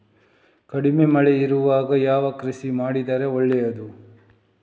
ಕಡಿಮೆ ಮಳೆ ಇರುವಾಗ ಯಾವ ಕೃಷಿ ಮಾಡಿದರೆ ಒಳ್ಳೆಯದು?